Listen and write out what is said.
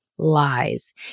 lies